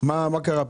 מה קרה פתאום?